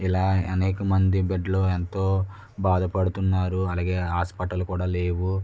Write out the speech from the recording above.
ఇలా అనేకమంది బెడ్లో ఎంతో బాధపడుతున్నారు అలాగే హాస్పటల్ కూడా లేవు